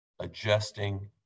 adjusting